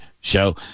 show